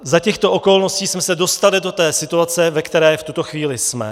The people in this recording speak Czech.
Za těchto okolností jsme se dostali do té situace, ve které v tuto chvíli jsme.